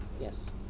yes